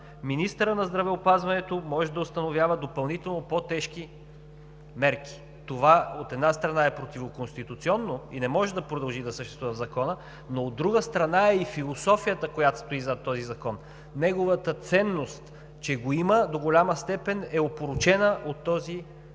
министърът на здравеопазването може да установява допълнително по-тежки мерки. Това, от една страна, е противоконституционно и не може да продължи да съществува в Закона, но, от друга страна, е и философията, която стои зад този закон. Неговата ценност, че го има, до голяма степен е опорочена от този текст.